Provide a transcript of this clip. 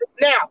Now